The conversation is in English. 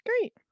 great